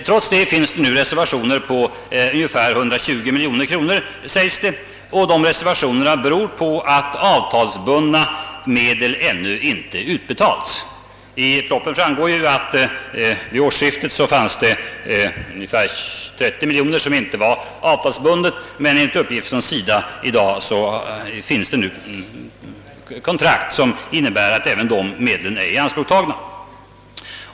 Trots detta finns det nu reservationer på ungefär 120 miljoner kronor, sägs det, och dessa reservationer beror på att avtalsbundna medel ännu inte utbetalats. Av propositionen framgår att det vid årsskiftet fanns ungefär 30 miljoner kronor som inte var avtalsbundna, men enligt uppgift från SIDA i dag finns det nu kontrakt som innebär att även dessa medel är tagna i anspråk.